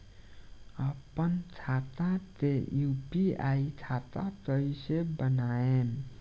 आपन खाता के यू.पी.आई खाता कईसे बनाएम?